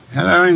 Hello